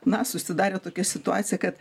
na susidarė tokia situacija kad